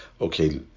okay